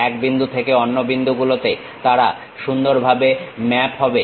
এক বিন্দু থেকে অন্য বিন্দুগুলোতে তারা সুন্দরভাবে ম্যাপ হবে